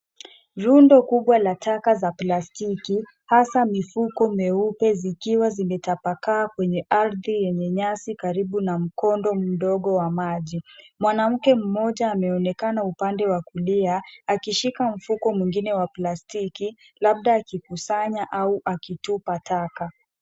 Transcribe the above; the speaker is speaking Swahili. Rundo kubwa la taka za plastiki, hasa mifuko meupe zikiwa zimetapaka kwenye ardhi yenye nyasi karibu na mkondo mdogo wa maji. Mwanamke mmoja ameonekana upande wa kulia akishika mfuko mwingine wa plastiki, labda akikusanya au akitupa taka.